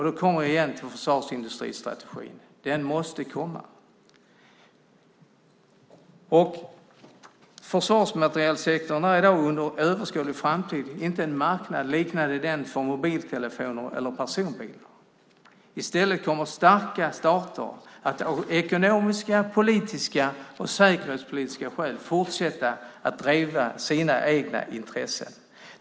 Då kommer vi igen till försvarsindustristrategin. Den måste komma. Försvarsmaterielsektorn är i dag och under överskådlig framtid inte en marknad liknande dem för mobiltelefoner eller personbilar. I stället kommer starka stater av ekonomiska, politiska och säkerhetspolitiska skäl att fortsätta att driva sina intressen.